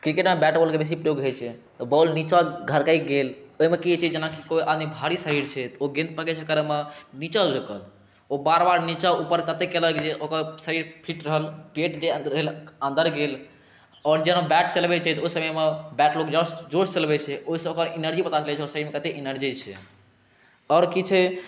किरकेटमे बैट बॉलके बेसी प्रयोग रहै छै तऽ बॉल निचाँ घरकि गेल ओहिमे कि होइ छै जेना कोइ आदमी भारी शरीर छथि ओ गेन्द पकड़ैके चककरमे निचाँ झुकल ओ बेर बेर निचाँ उपर ततेक केलक जे ओकर शरीर फिट रहल पेट जे भेल अन्दर गेल आओर जेना बैट चलबै छै तऽ ओहि समयमे बैट लोक जोरसँ चलबै छै ओहिसँ ओकर एनर्जी पता चलै छै ओकर शरीरमे कतेक एनर्जी छै आओर कि छै